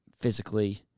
physically